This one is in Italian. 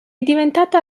diventata